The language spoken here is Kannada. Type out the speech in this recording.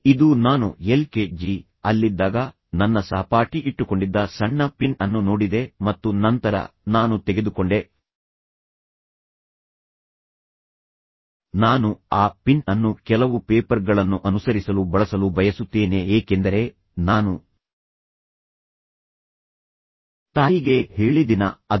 ಇದು ನಾನು ಎಲ್ ಕೆ ಜಿ ಅಲ್ಲಿದ್ದಾಗ ನನ್ನ ಸಹಪಾಠಿ ಇಟ್ಟುಕೊಂಡಿದ್ದ ಸಣ್ಣ ಪಿನ್ ಅನ್ನು ನೋಡಿದೆ ಮತ್ತು ನಂತರ ನಾನು ತೆಗೆದುಕೊಂಡೆ ನಾನು ಆ ಪಿನ್ ಅನ್ನು ಕೆಲವು ಪೇಪರ್ಗಳನ್ನು ಅನುಸರಿಸಲು ಬಳಸಲು ಬಯಸುತ್ತೇನೆ ಏಕೆಂದರೆ ನಾನು ತಾಯಿಗೆ ಹೇಳಿದ ದಿನ ಅದು